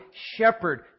shepherd